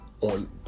on